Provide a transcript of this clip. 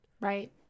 Right